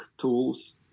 tools